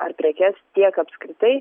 ar prekes tiek apskritai